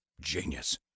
Genius